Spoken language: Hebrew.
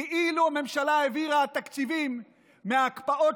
כאילו הממשלה העבירה תקציבים מההקפאות